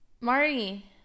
Marty